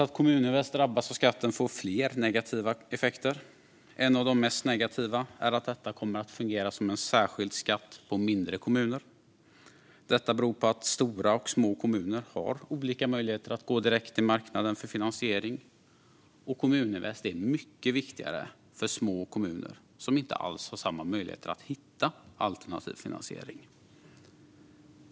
Att Kommuninvest drabbas av skatten får fler negativa effekter. En av de mest negativa är att detta kommer att fungera som en särskild skatt på mindre kommuner. Detta beror på att stora och små kommuner har olika möjligheter att gå direkt till marknaden för finansiering. Kommuninvest är mycket viktigare för små kommuner, som inte alls har samma möjligheter att hitta alternativ finansiering.